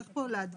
צריך פה להדגיש,